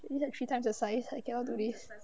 is that three times the size I cannot do this